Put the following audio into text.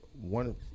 one